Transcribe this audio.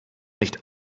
nicht